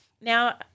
Now